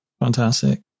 Fantastic